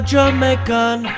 Jamaican